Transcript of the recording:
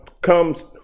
comes